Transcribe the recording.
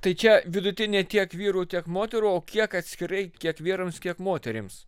tai čia vidutinė tiek vyrų tiek moterų o kiek atskirai kiek vyrams kiek moterims